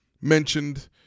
mentioned